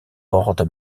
woord